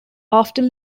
after